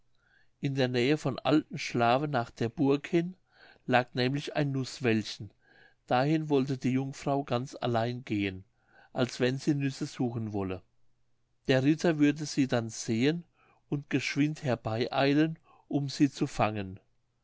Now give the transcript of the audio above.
in der nähe von altenschlawe nach der burg hin lag nämlich ein nußwäldchen dahin wollte die jungfrau ganz allein gehen als wenn sie nüsse suchen wolle der ritter würde sie dann sehen und geschwind herbeieilen um sie zu fangen